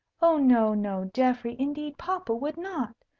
oh, no, no, geoffrey indeed, papa would not.